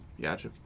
gotcha